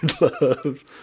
love